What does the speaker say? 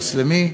המוסלמי,